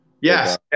Yes